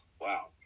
wow